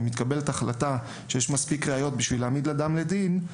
אם מתקבלת החלטה שיש מספיק ראיות בשביל להעמיד אדם לדין,